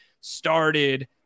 started